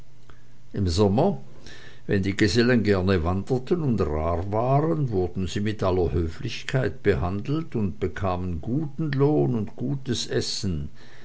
im sommer wenn die gesellen gerne wanderten und rar waren wurden sie mit höflichkeit behandelt und bekamen guten lohn und gutes essen